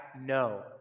no